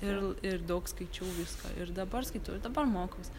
ir l ir daug skaičiau viską ir dabar skaitau ir dabar mokausi